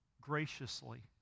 graciously